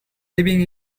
living